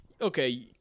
okay